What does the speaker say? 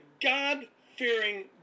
God-fearing